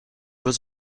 was